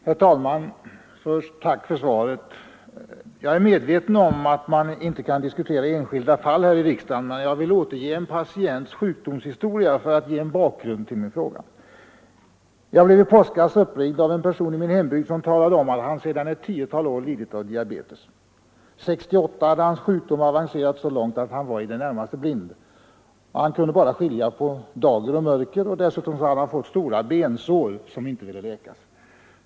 Herr talman! Först tack för svaret! Jag är medveten om att man inte kan diskutera enskilda fall här i riksdagen, men jag vill återge en patients sjukdomshistoria för att ge en bakgrund till min fråga. I påskas blev jag uppringd av en person i min hembygd som talade om att han sedan ett tiotal år lidit av diabetes. 1968 hade hans sjukdom avancerat så långt att han var i det närmaste blind — han kunde bara skilja på dager och mörker. Dessutom hade han fått stora bensår som inte ville läka.